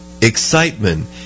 excitement